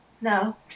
No